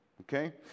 Okay